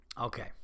okay